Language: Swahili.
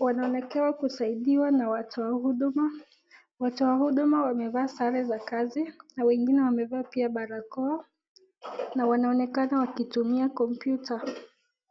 Wanaonekana kusaidiwa na watu wa huduma. Watu wa huduma wamevaa sare za kazi na wengine wamevaa pia barakoa. Na wanaonekana wakitumia kompyuta.